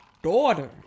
daughter